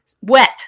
wet